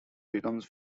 becomes